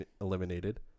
eliminated